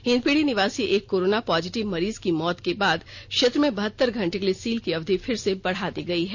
हिंदपीढ़ी निवासी एक corona positive मरीज की मौत के बाद क्षेत्र में बहतर घंटे के लिए सील की अवधि फिर से बढ़ा दी गयी है